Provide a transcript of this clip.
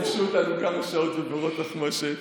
ייבשו אותנו כמה שעות בבורות תחמושת,